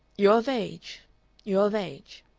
you're of age you're of age.